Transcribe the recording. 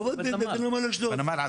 עובד נמל.